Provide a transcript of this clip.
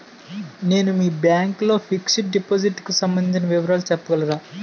నేను మీ బ్యాంక్ లో ఫిక్సడ్ డెపోసిట్ కు సంబందించిన వివరాలు చెప్పగలరా?